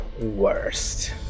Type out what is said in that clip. worst